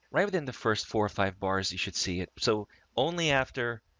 right? within the first four or five bars, you should see it. so only after